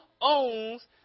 owns